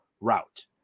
route